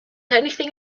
anything